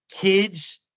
kids